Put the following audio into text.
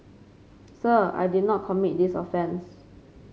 sir I did not commit this offence